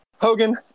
Hogan